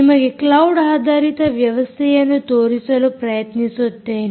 ನಿಮಗೆ ಕ್ಲೌಡ್ ಆಧಾರಿತ ವ್ಯವಸ್ಥೆಯನ್ನು ತೋರಿಸಲು ಪ್ರಯತ್ನಿಸುತ್ತೇನೆ